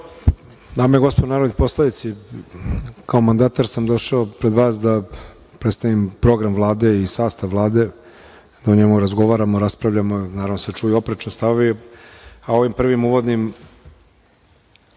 i gospodo narodni poslanici, kao mandatar sam došao pred vas da predstavim program Vlade i sastav Vlade, da o njemu razgovaramo, raspravljamo. Naravno da se čuju oprečni stavovi. Ovim prvim uvodnim